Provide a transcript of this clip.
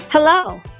Hello